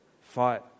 fight